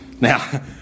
Now